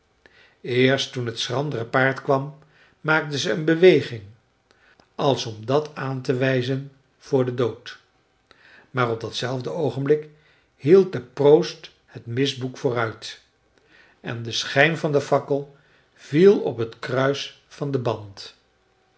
eerst toen het schrandere paard kwam maakte ze een beweging als om dat aan te wijzen voor den dood maar op dat zelfde oogenblik hield de proost het misboek vooruit en de schijn van de fakkel viel op het kruis op den band